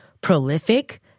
prolific